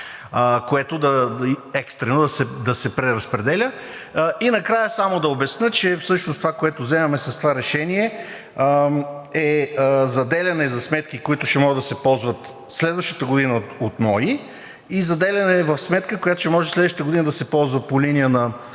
което екстрено да се преразпределя. И накрая само да обясня, че това, което вземаме с това решение, всъщност е заделяне в сметки, които ще могат да се ползват следващата година от НОИ, и заделяне в сметка, която ще може да се ползва през следващата година по линия на